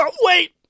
Wait